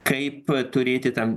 kaip turėti tam